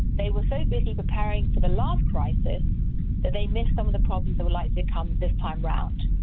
they were so busy preparing for the last crisis that they missed some of the problems that were likely to come this time around.